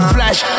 Flash